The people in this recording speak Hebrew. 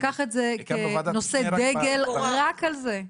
לקח את זה כנושא דגל, רק על זה.